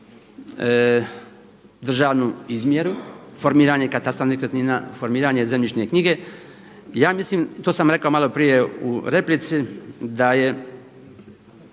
državnu izmjeru, formiranje katastra nekretnina, formiranje zemljišne knjige. Ja mislim i to sam rekao malo prije u replici da je